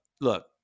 look